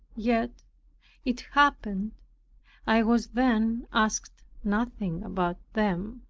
yet it happened i was then asked nothing about them.